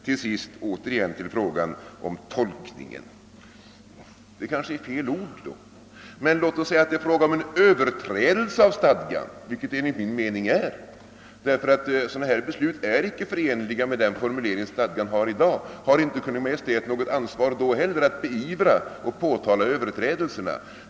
Till sist återigen till frågan om tolkningen. Ordet kanske är fel valt. Låt oss i stället säga, att det är fråga om en överträdelse av stadgan, vilket det enligt min mening är, ty sådana här beslut är inte förenliga med den formulering stadgan har i dag. Har inte Kungl. Maj:t då heller ansvar att beivra och påtala överträdelserna?